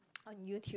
on YouTube